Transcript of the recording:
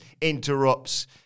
interrupts